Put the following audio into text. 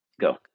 go